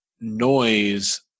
noise